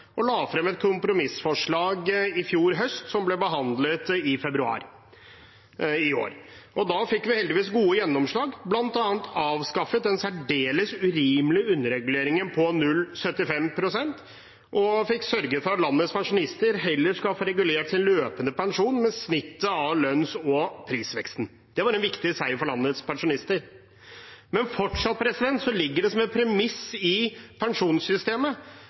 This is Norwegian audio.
og la frem et kompromissforslag i fjor høst, som ble behandlet i februar i år. Da fikk vi heldigvis gode gjennomslag, bl.a. for å få avskaffet den særdeles urimelige underreguleringen på 0,75 pst., og vi sørget for at landets pensjonister heller skal få regulert sin løpende pensjon med snittet av lønns- og prisveksten. Det var en viktig seier for landets pensjonister. Men fortsatt ligger det som et premiss i pensjonssystemet